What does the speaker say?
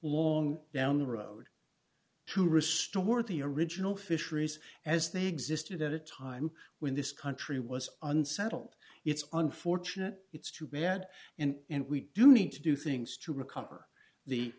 long down the road to restore the original fisheries as they existed at a time when this country was unsettled it's unfortunate it's too bad and we do need to do things to